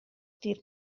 dydd